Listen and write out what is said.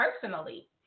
personally